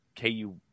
KU